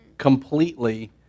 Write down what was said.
Completely